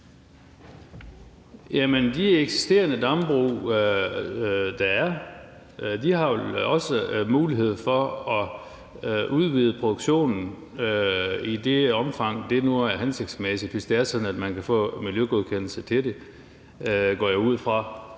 de eksisterende dambrug, der er, har også mulighed for at udvide produktionen, i det omfang det nu hensigtsmæssigt, hvis det er sådan, at man kan få en miljøgodkendelse til det – det går jeg ud fra.